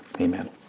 Amen